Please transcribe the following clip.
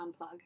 Unplug